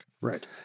Right